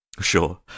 Sure